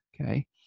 okay